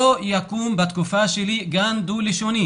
לא יקום בתקופה שלי גן ילדים דו-לשוני.